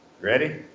Ready